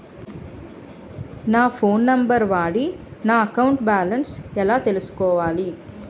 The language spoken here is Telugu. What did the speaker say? నా ఫోన్ నంబర్ వాడి నా అకౌంట్ బాలన్స్ ఎలా తెలుసుకోవాలి?